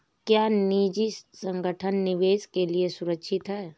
क्या निजी संगठन निवेश के लिए सुरक्षित हैं?